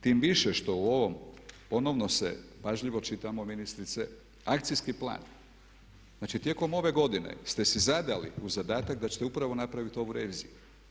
Tim više što u ovom ponovno se, pažljivo čitamo ministrice, akcijski plan, znači tijekom ove godine ste si zadali u zadatak da ćete upravo napraviti ovu reviziju.